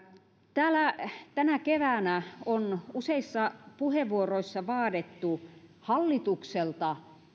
täällä tänä keväänä on useissa puheenvuoroissa vaadittu hallitukselta